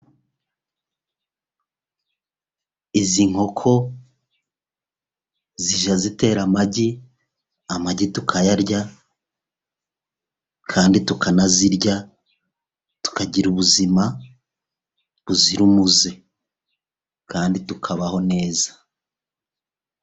Izi nkoko zijya zitera amagi, amagi tukayarya kandi tukanazirya, tukagira ubuzima buzira umuze. Kandi tukabaho neza.